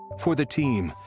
for the team,